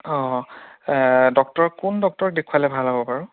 অঁ ডক্টৰ কোন ডক্টৰ দেখুৱালে ভাল হ'ব বাৰু